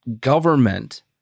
government